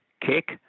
kick